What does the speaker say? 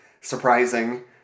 surprising